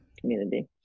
community